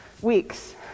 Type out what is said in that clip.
weeks